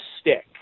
stick